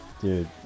dude